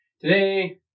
Today